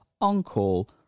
on-call